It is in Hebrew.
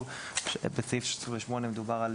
בסעיף 28 מדובר על